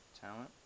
Talent